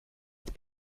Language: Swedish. att